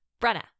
Brenna